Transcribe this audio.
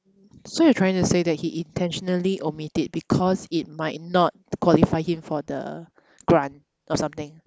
so you're trying to say that he intentionally omit it because it might not qualify him for the grant or something